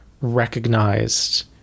recognized